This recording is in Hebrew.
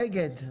נגד?